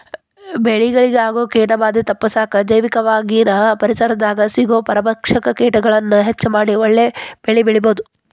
ಬೆಳೆಗಳಿಗೆ ಆಗೋ ಕೇಟಭಾದೆ ತಪ್ಪಸಾಕ ಜೈವಿಕವಾಗಿನ ಪರಿಸರದಾಗ ಸಿಗೋ ಪರಭಕ್ಷಕ ಕೇಟಗಳನ್ನ ಹೆಚ್ಚ ಮಾಡಿ ಒಳ್ಳೆ ಬೆಳೆಬೆಳಿಬೊದು